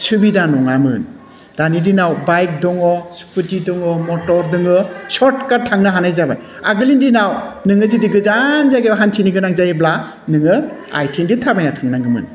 सुबिदा नङामोन दानि दिनाव बाइक दङ स्कुटि दङ मटर दङ सर्टकाट थांनो हानाय जाबाय आगोलनि दिनाव नोङो जुदि गोजान जागायाव हान्थिनो गोनां जायोब्ला नोङो आइथिंजों थाबायना थांनांगौमोन